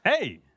Hey